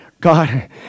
God